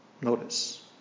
Notice